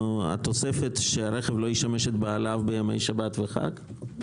התוספת שהרכב לא ישמש את בעליו בימי שבת וחג.